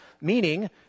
meaning